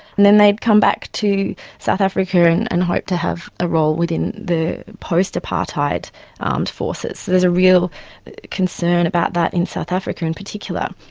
and then they'd come back to south africa and and hope to have a role within the post-apartheid armed forces. so there's a real concern about that in south africa in particular.